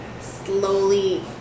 slowly